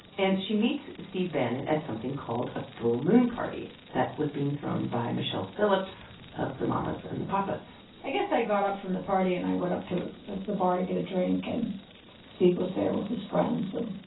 and she meets steve bannon at something called a full moon party that was being thrown by michelle phillips from the mamas and the papas i guess i got up from the party and i went up to the the bar to get a drink. and steve was there with his friends, and